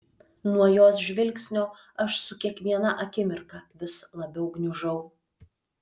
nuo jos žvilgsnio aš su kiekviena akimirka vis labiau gniužau